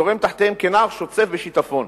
זורם תחתיהם כנהר שוצף בשיטפון.